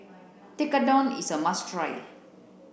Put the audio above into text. Tekkadon is a must try